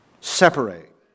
Separate